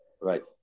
Right